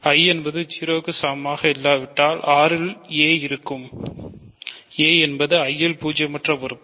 I என்பது 0 க்கு சமமாக இல்லாவிட்டால் R இல் a இருக்கும் a என்பது I இல் பூஜ்ஜியமற்ற உறுப்பு